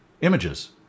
images